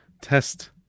test